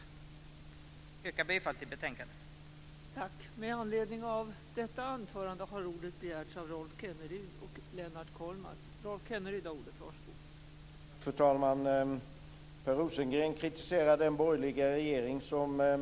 Jag yrkar bifall till utskottets förslag.